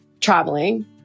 traveling